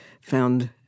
found